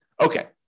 Okay